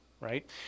right